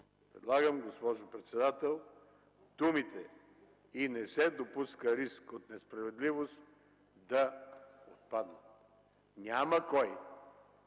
предлагам, госпожо председател, думите „и не се допуска риск от несправедливост” да отпаднат. Няма кой